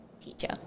teacher